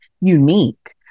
unique